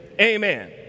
Amen